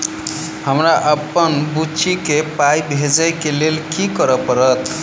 हमरा अप्पन बुची केँ पाई भेजइ केँ लेल की करऽ पड़त?